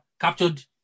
captured